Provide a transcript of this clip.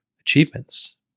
achievements